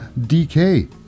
DK